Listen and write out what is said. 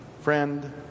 Friend